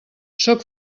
sóc